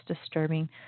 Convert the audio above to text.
disturbing